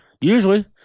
Usually